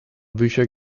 bücher